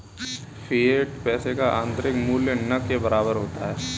fiat पैसे का आंतरिक मूल्य न के बराबर होता है